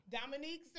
Dominique